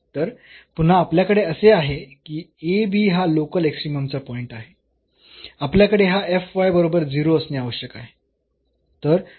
तर पुन्हा आपल्याकडे असे आहे की हा लोकल एक्स्ट्रीममचा पॉईंट आहे आपल्याकडे हा बरोबर 0 असणे आवश्यक आहे